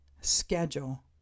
schedule